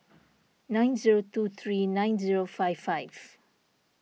nine zero two three nine zero five five